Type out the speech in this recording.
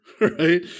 right